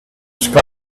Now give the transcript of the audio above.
sky